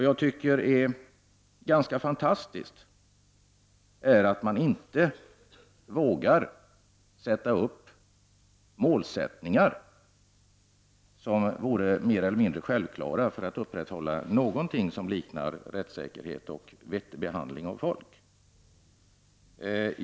Jag tycker det är ganska fantastiskt att man inte vågar sätta upp målsättningar som vore mer eller mindre självklara för att upprätthålla någonting som liknar rättssäkerhet och vettig behandling av folk.